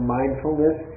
mindfulness